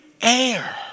air